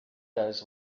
does